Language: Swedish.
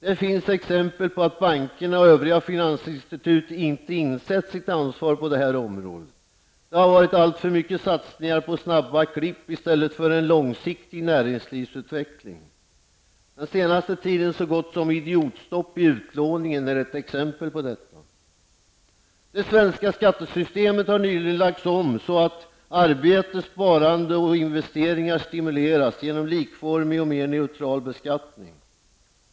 Det finns exempel på att bankerna och övriga finansinstitut inte insett sitt ansvar på detta område. Det har varit alltför mycket satsningar på snabba klipp i stället för en långsiktig näringslivsutveckling. Den senaste tidens så gott som idiotstopp i utlåningen är ett exempel på detta. Det svenska skattesystemet har nyligen lagts om så att arbete, sparande och investeringar stimuleras genom likformig och mer neutral beskattning.